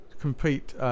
compete